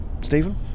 Stephen